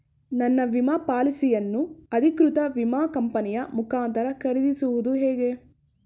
ನನ್ನ ವಿಮಾ ಪಾಲಿಸಿಯನ್ನು ಅಧಿಕೃತ ವಿಮಾ ಕಂಪನಿಯ ಮುಖಾಂತರ ಖರೀದಿಸುವುದು ಹೇಗೆ?